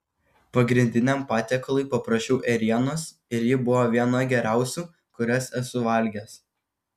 pagrindiniam patiekalui paprašiau ėrienos ir ji buvo viena geriausių kurias esu valgęs